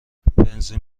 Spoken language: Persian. بنزین